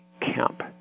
camp